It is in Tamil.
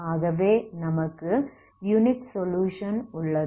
ஆகவே நமக்கு யுனிக் சொலுயுஷன் உள்ளது